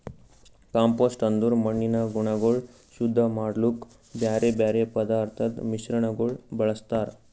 compost ಅಂದುರ್ ಮಣ್ಣಿನ ಗುಣಗೊಳ್ ಶುದ್ಧ ಮಾಡ್ಲುಕ್ ಬ್ಯಾರೆ ಬ್ಯಾರೆ ಪದಾರ್ಥದ್ ಮಿಶ್ರಣಗೊಳ್ ಬಳ್ಸತಾರ್